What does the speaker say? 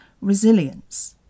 resilience